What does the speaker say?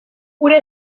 hura